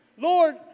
Lord